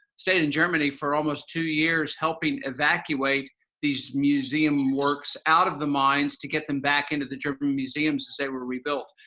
stayed in germany for almost two years helping evacuate these museum works out of the mines, to get them back into the german museums as they were rebuilt.